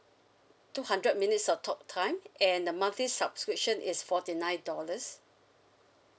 two hundred minutes of talk time and the monthly subscription is forty nine dollars